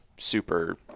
super